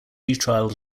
retrial